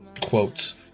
Quotes